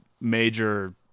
major